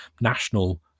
national